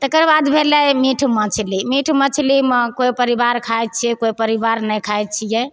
तकर बाद भेलय मीट मछली मीट मछलीमे कोइ परिवार खाय छियै कोइ परिवार नहि खाइ छियै